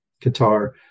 Qatar